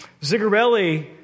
Zigarelli